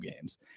games